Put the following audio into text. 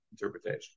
interpretation